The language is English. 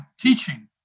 teaching